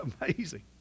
amazing